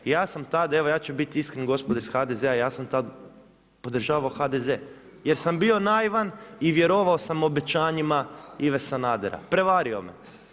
Ja sam tad, evo ja ću biti iskren gospodo iz HDZ-a, ja sam tada podržavao HDZ jer sam bio naivan i vjerovao sam obećanjima Ive Sanadera, prevario me.